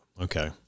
okay